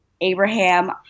Abraham